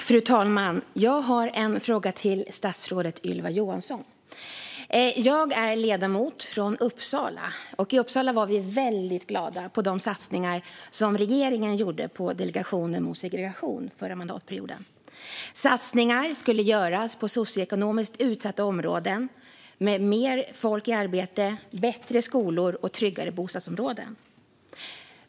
Fru talman! Jag har en fråga till statsrådet Ylva Johansson. Jag är ledamot från Uppsala. I Uppsala var vi väldigt glada över de satsningar på Delegationen mot segregation som regeringen gjorde under förra mandatperioden. Satsningar skulle göras i socioekonomiskt utsatta områden med mer folk i arbete, bättre skolor och tryggare bostadsområden.